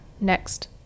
next